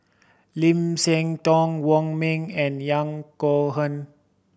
Lim Siah Tong Wong Ming and Yahya Cohen